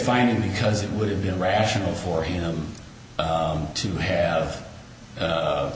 finding because it would have been rational for him to have